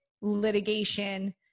litigation